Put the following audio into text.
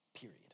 period